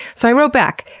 so, i wrote back,